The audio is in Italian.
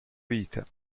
vita